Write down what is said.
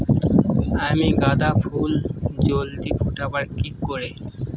আমি গাঁদা ফুল জলদি ফোটাবো কি করে?